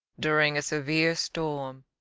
during a severe storm,